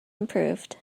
improved